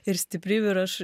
ir stiprybių ir aš